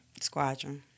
Squadron